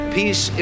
peace